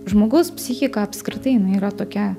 žmogaus psichika apskritai jinai yra tokia